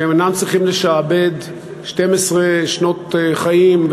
כשהם אינם צריכים לשעבד 12 שנות חיים,